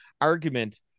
argument